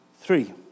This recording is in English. three